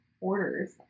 orders